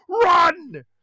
run